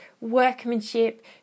workmanship